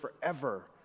forever